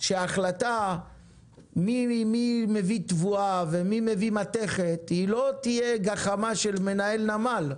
שההחלטה מי מביא תבואה ומי מביא מתכת לא תהיה גחמה של מנהל נמל,